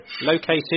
located